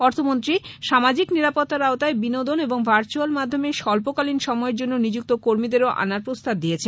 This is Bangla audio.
অর্থমন্ত্রী সামাজিক নিরাপত্তার আওতায় বিনোদন এবং ভার্চুয়াল মাধ্যমে স্বল্পকালীন সময়ের জন্য নিযুক্ত কর্মীদেরও আনার প্রস্তাব দিয়েছেন